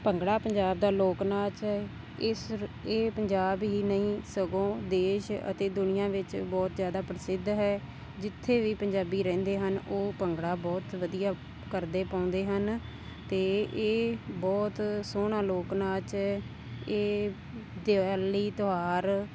ਭੰਗੜਾ ਪੰਜਾਬ ਦਾ ਲੋਕ ਨਾਚ ਹੈ ਇਸ ਇਹ ਪੰਜਾਬ ਹੀ ਨਹੀਂ ਸਗੋਂ ਦੇਸ਼ ਅਤੇ ਦੁਨੀਆਂ ਵਿੱਚ ਬਹੁਤ ਜ਼ਿਆਦਾ ਪ੍ਰਸਿੱਧ ਹੈ ਜਿੱਥੇ ਵੀ ਪੰਜਾਬੀ ਰਹਿੰਦੇ ਹਨ ਉਹ ਭੰਗੜਾ ਬਹੁਤ ਵਧੀਆ ਕਰਦੇ ਪਾਉਂਦੇ ਹਨ ਅਤੇ ਇਹ ਬਹੁਤ ਸੋਹਣਾ ਲੋਕ ਨਾਚ ਹੈ ਇਹ ਦਿਵਾਲੀ ਤਿਉਹਾਰ